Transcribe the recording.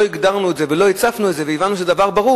מכיוון שלא הגדרנו את זה ולא הצפנו את זה והבנו שזה דבר ברור,